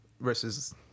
versus